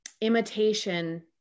imitation